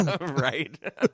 Right